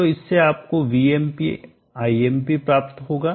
तो इससे आपको VmpImp प्राप्त होगा